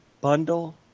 Bundle